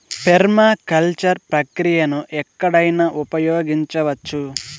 permaculture ప్రక్రియను ఎక్కడైనా ఉపయోగించవచ్చు